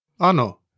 Ano